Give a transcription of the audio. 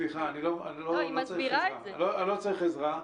סליחה, אני לא צריך עזרה.